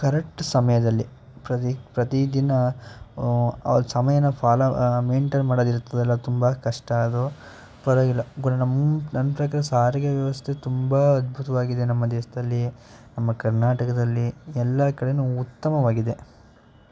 correct ಸಮಯದಲ್ಲಿ ಪ್ರತಿ ಪ್ರತಿ ದಿನ ಅವ್ರ ಸಮಯನ ಫಾಲೋ ಮೆಂಟೈನ್ ಮಾಡೋದು ಇರುತ್ತದಲ್ಲ ತುಂಬ ಕಷ್ಟ ಅದು ಪರವಾಗಿಲ್ಲ ನಮ್ಮ ನನ್ನ ಪ್ರಕಾರ ಸಾರಿಗೆ ವ್ಯವಸ್ಥೆ ತುಂಬ ಅದ್ಭುತವಾಗಿದೆ ನಮ್ಮ ದೇದಶಲ್ಲಿ ನಮ್ಮ ಕರ್ನಾಟಕದಲ್ಲಿ ಎಲ್ಲ ಕಡೆಯೂ ಉತ್ತಮವಾಗಿದೆ